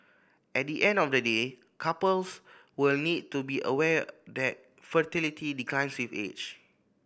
at the end of the day couples will need to be aware that fertility declines save age